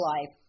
life